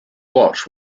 watch